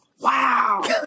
Wow